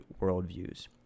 worldviews